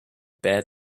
bad